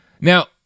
Now